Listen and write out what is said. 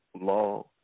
law